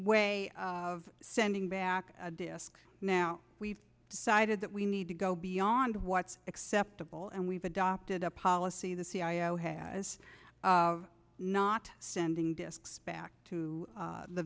way of sending back a desk now we've decided that we need to go beyond what's acceptable and we've adopted a policy the cia has not sending disks back to